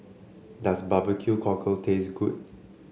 does barbeque cockle taste good